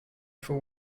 for